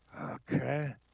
Okay